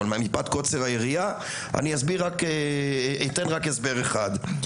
אבל מפאת קוצר היריעה אני אתן רק הסבר אחד,